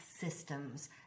systems